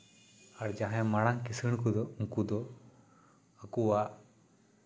ᱟᱨ ᱡᱟᱦᱟᱸᱭ ᱢᱟᱨᱟᱝ ᱠᱤᱥᱟᱹᱲ ᱠᱚᱫᱚ ᱩᱱᱠᱩ ᱫᱚ ᱟᱠᱚᱣᱟᱜ